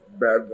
bad